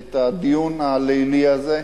את הדיון הלילי הזה.